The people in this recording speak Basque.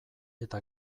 eta